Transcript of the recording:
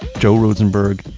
joe rosenberg,